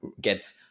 get